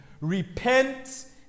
Repent